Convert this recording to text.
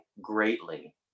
greatly